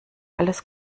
alles